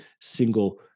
single